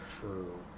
True